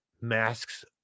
Masks